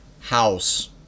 house